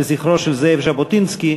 לזכרו של זאב ז'בוטינסקי.